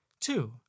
Two